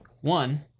One